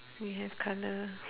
we have colour